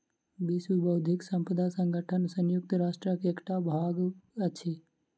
विश्व बौद्धिक संपदा संगठन संयुक्त राष्ट्रक एकटा भाग अछि